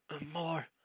More